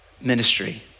ministry